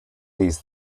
these